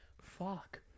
fuck